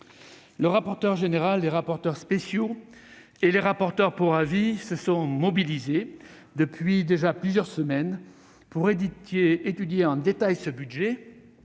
Le rapporteur général, les rapporteurs spéciaux et les rapporteurs pour avis se sont mobilisés depuis plusieurs semaines pour étudier en détail ce budget.